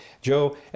Joe